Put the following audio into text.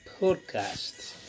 podcast